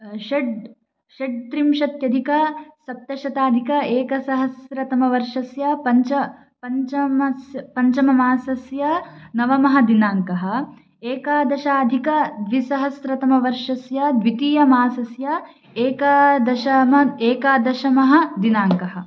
षड् षड्त्रिंशत्यधिकसप्तशताधिक एकसहस्रतमवर्षस्य पञ्च पञ्चमस्य पञ्चममासस्य नवमः दिनाङ्कः एकादशाधिकद्विसहस्रतमवर्षस्य द्वितीयमासस्य एकादशतमः एकादशतमः दिनाङ्कः